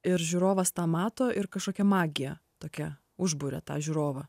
ir žiūrovas tą mato ir kažkokia magija tokia užbūria tą žiūrovą